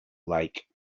lake